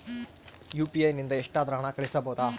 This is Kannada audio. ಯು.ಪಿ.ಐ ನಿಂದ ಎಷ್ಟಾದರೂ ಹಣ ಕಳಿಸಬಹುದಾ?